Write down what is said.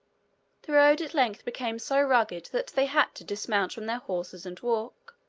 the road at length became so rugged that they had to dismount from their horses and walk.